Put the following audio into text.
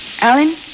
Alan